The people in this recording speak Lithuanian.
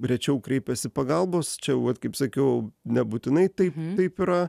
rečiau kreipiasi pagalbos čia jau vat kaip sakiau nebūtinai taip taip yra